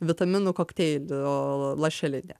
vitaminų kokteilio lašelinė